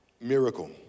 miracle